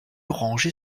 ranger